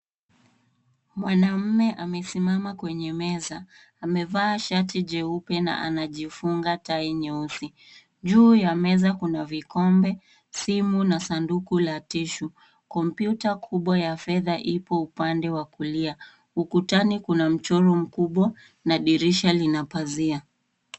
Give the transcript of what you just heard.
Mwanaume amesimama kwenye meza. Amevaa shati jeupe na anajifunga tai nyeusi. Juu ya meza kuna vikombe, simu na sanduku la tissue .Kompyuta kubwa wa fedha ipo upande wa kulia. Ukutani kuna mchoro mkubwa na dirisha lina pazia.